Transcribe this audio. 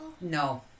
no